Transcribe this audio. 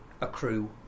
Accrue